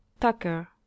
Tucker